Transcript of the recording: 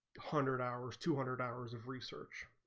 hundred hours two hundred hours of research